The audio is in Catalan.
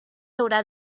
haurà